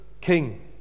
king